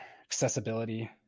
accessibility